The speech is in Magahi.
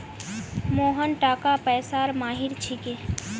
मोहन टाका पैसार माहिर छिके